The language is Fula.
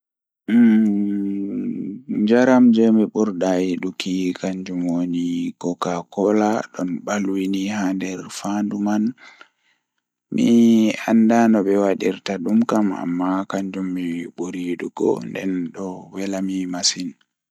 Njaram jei mi burdaa yiduki kanjum woni koka kola don balwi ni haa nder fandu manmi andaa nobe wadirta dum kam amma kanjum mi burdaa yiduki nden bo don wela m masin.